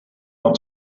not